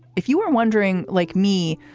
if you were wondering, like me,